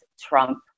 Trump